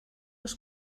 els